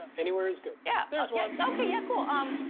anywhere is good. yeah. there's one. okay, yeah, cool. um,